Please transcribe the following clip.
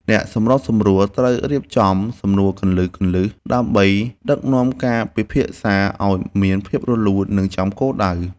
អ្នកសម្របសម្រួល ត្រូវរៀបចំសំណួរគន្លឹះៗ ដើម្បីដឹកនាំការពិភាក្សាឱ្យមានភាពរលូន និងចំគោលដៅ។